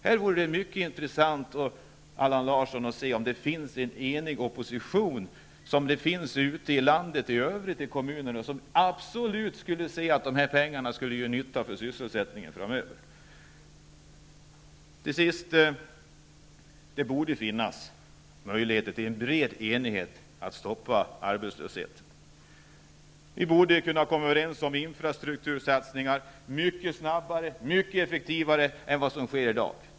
Det vore mycket intressant, Allan Larsson, att se om det finns en enig opposition i riksdagen, vilket det gör ute i landet, som absolut anser att de här pengarna skulle göra nytta för sysselsättningen framöver. Till sist: Det borde finnas möjligheter till en bred enighet om att stoppa arbetslösheten. Vi borde kunna komma överens om infrastruktursatsningar mycket snabbare och mycket effektivare än vad som sker i dag.